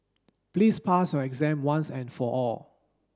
please pass your exam once and for all